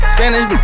Spanish